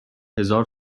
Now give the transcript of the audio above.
هزار